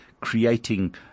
creating